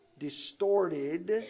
distorted